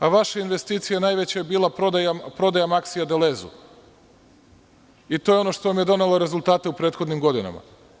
Vaša najveća investicija je bila prodaja „Maksija“ Dolezu i to je ono što nam je donelo rezultate u prethodnim godinama.